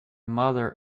mother